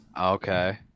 Okay